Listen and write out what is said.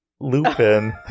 Lupin